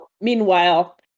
meanwhile